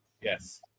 Yes